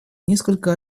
несколько